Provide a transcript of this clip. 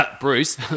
Bruce